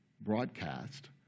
broadcast